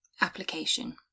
Application